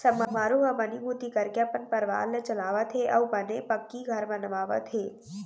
समारू ह बनीभूती करके अपन परवार ल चलावत हे अउ बने पक्की घर बनवावत हे